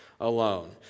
Alone